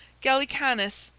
gallicanus,